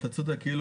אתה צודק.